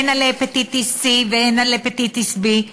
הן להפטיטיס C והן להפטיטיס B,